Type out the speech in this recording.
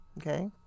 Okay